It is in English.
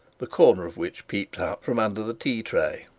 the corner of which peeped out from under the tea-tray.